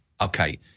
okay